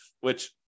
Which-